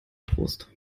trost